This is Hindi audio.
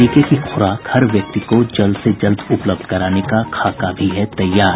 टीके की खुराक हर एक व्यक्ति को जल्द से जल्द उपलब्ध कराने का खाका भी है तैयार